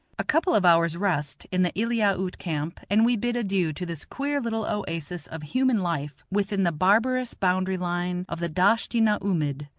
a couple of hours' rest in the eliaute camp, and we bid adieu to this queer little oasis of human life within the barbarous boundary-line of the dasht-i-na-oomid,